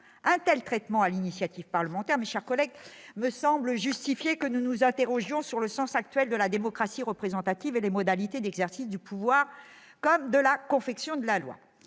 un tel traitement de l'initiative parlementaire me paraît justifier que nous nous interrogions sur le sens actuel de la démocratie représentative et les modalités d'exercice du pouvoir comme de la confection de la loi.